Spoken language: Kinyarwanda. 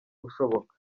ushoboka